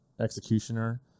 executioner